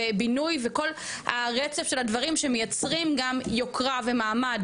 ובינוי וכל הרצף של הדברים שמייצרים גם יוקרה ומעמד